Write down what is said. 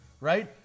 right